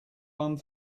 one